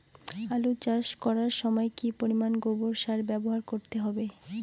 আলু চাষ করার সময় কি পরিমাণ গোবর সার ব্যবহার করতে হবে?